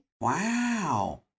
Wow